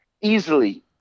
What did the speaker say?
easily